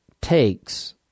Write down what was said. takes